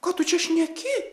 ką tu čia šneki